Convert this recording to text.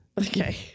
Okay